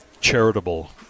charitable